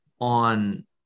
on